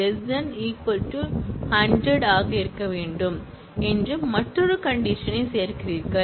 depth to 100 ஆக இருக்க வேண்டும் என்று மற்றொரு கண்டிஷன் யைச் சேர்க்கிறீர்கள்